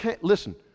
Listen